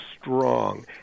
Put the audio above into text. strong